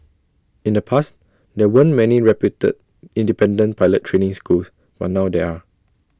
in the past there weren't many reputed independent pilot training schools but now there are